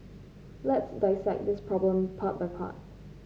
let's dissect this problem part by part